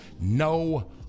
no